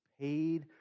paid